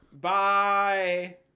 Bye